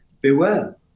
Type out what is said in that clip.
beware